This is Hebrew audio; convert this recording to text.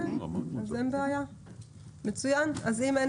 אם אין הערות,